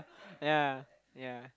ya ya